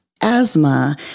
asthma